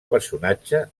personatge